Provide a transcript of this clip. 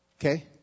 Okay